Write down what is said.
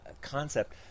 concept